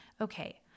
Okay